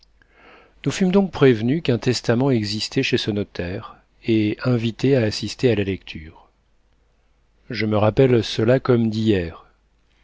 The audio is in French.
nous fûmes donc prévenus qu'un testament existait chez ce notaire et invités à assister à la lecture je me rappelle cela comme d'hier